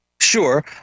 sure